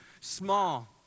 small